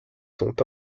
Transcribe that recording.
sont